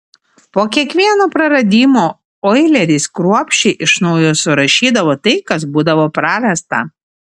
po kiekvieno praradimo oileris kruopščiai iš naujo surašydavo tai kas būdavo prarasta